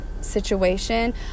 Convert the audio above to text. situation